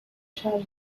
schedule